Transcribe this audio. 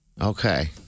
Okay